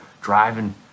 driving